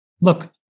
Look